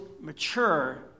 mature